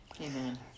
Amen